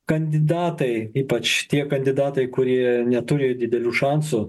kandidatai ypač tie kandidatai kurie neturi didelių šansų